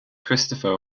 christopher